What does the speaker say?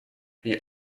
they